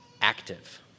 active